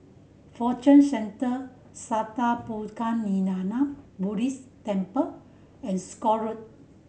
Fortune Centre Sattha Puchaniyaram Buddhist Temple and Scott Road